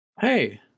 Hey